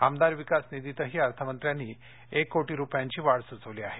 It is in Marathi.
आमदार विकास निधीतही अर्थमंत्र्यांनी एक कोटी रुपयांची वाढ सूचवली आहे